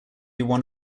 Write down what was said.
one